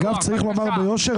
אגב, צריך לומר ביושר.